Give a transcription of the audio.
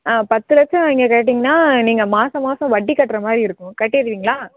ஆ பத்து லட்சம் நீங்கள் கேட்டிங்கனால் நீங்கள் மாசம் மாசம் வட்டி கட்டுற மாதிரி இருக்கும் கட்டிடுவிங்களா